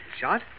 Shot